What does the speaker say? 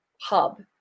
hub